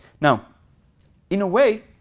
now in a way,